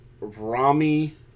Rami